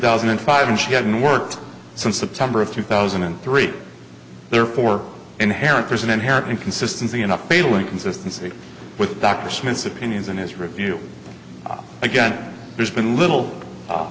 thousand and five and she hadn't worked since september of two thousand and three therefore inherent there's an inherent inconsistency in a failing consistency with dr smith's opinions and his review again there's been little